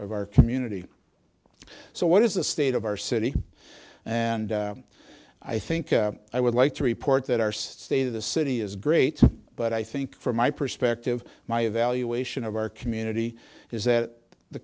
of our community so what is the state of our city and i think i would like to report that our state of the city is great but i think from my perspective my evaluation of our community is that the